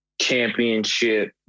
championship